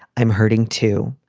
i'm hurting, too.